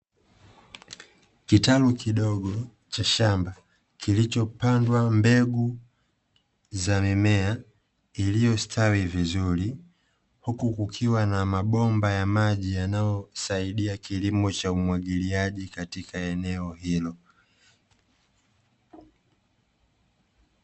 Kitalu kidogo cha shamba kilichopandwa mbegu za mimea iliyostawi vizuri, huku kukiwa na mabomba ya maji yanayosaidia kilimo cha umwagiliaji katika eneo hilo.